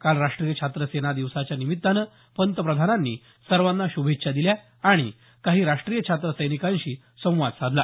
काल राष्ट्रीय छात्र सेना दिवसाच्या निमित्तानं पंतप्रधानांनी सर्वांना श्भेच्छा दिल्या आणि काही राष्ट्रीय छात्र सैनिकांशी संवाद साधला